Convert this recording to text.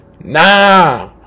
nah